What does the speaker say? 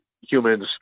humans